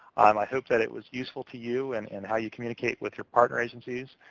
um i hope that it was useful to you and and how you communicate with your partner agencies.